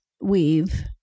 weave